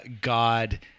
god